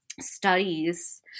studies